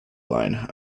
line